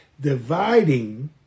dividing